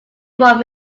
one